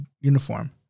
uniform